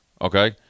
Okay